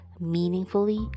meaningfully